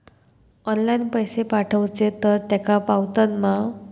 Online पैसे पाठवचे तर तेका पावतत मा?